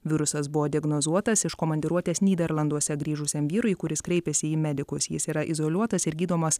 virusas buvo diagnozuotas iš komandiruotės nyderlanduose grįžusiam vyrui kuris kreipėsi į medikus jis yra izoliuotas ir gydomas